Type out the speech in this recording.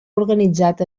organitzat